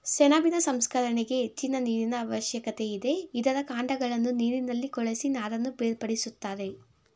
ಸೆಣಬಿನ ಸಂಸ್ಕರಣೆಗೆ ಹೆಚ್ಚಿನ ನೀರಿನ ಅವಶ್ಯಕತೆ ಇದೆ, ಇದರ ಕಾಂಡಗಳನ್ನು ನೀರಿನಲ್ಲಿ ಕೊಳೆಸಿ ನಾರನ್ನು ಬೇರ್ಪಡಿಸುತ್ತಾರೆ